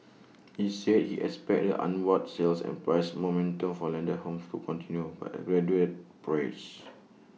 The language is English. he said he expects the upward sales and price momentum for landed homes to continue but at gradual pace